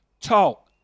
talk